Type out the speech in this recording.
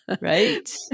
Right